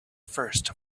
first